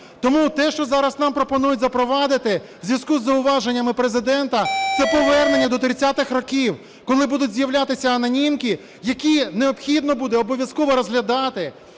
Тому те, що нам зараз пропонують запровадити у зв'язку із зауваженнями Президента, це повернення до 30-х років, коли будуть з'являтися анонімки, які необхідно буде обов'язково розглядати.